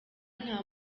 nta